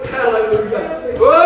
Hallelujah